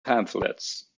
pamphlets